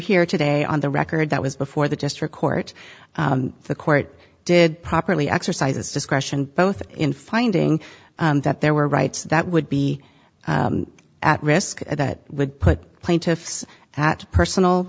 here today on the record that was before the district court the court did properly exercises discretion both in finding that there were rights that would be at risk that would put plaintiffs at personal